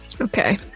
Okay